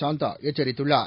சாந்தா எச்சரித்துள்ளார்